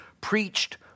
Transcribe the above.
preached